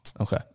Okay